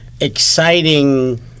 exciting